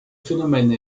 phénomène